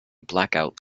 blackout